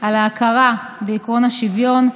על ההכרה בעקרון השוויון,